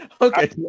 Okay